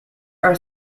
are